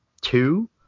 two